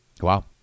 Wow